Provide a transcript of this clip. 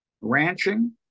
ranching